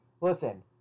listen